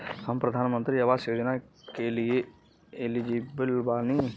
हम प्रधानमंत्री आवास योजना के लिए एलिजिबल बनी?